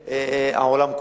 כולו.